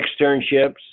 externships